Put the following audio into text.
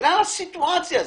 בגלל הסיטואציה,